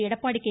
Edappadi K